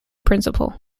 principal